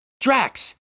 Drax